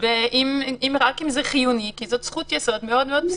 אם זה חיוני כי זאת זכות-יסוד מאוד מאוד בסיסית.